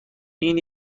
این